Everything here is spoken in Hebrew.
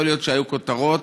יכול להיות שהיו כותרות,